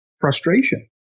frustration